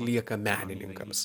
lieka menininkams